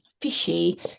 fishy